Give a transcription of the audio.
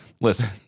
listen